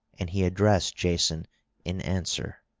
and he addressed jason in answer